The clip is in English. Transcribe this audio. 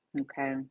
Okay